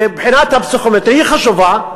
שבחינת הפסיכומטרי, היא חשובה,